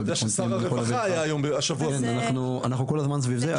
אנחנו כל הזמן סביב זה.